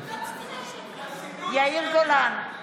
משתתף בהצבעה יאיר גולן,